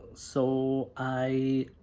so i